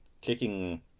kicking